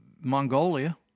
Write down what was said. Mongolia